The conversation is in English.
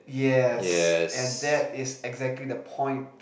yes and that is exactly the point